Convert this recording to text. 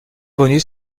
bonus